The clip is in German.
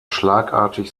schlagartig